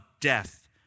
death